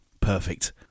Perfect